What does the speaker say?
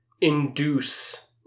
induce